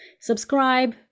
subscribe